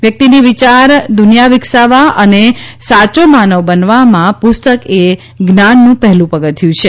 વ્યક્તિની વિચાર દુનિયા વિકસાવવા અને સાચો માનવ બનાવવા પુસ્તક એ જ્ઞાનનું પહેલું પગથિયું છે